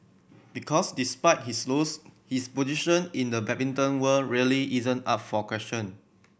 because despite his loss his position in the badminton world really isn't up for question